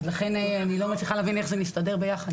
אז לכן אני לא מצליחה להבין איך זה מסתדר ביחד.